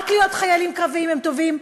רק להיות חיילים קרביים הם טובים,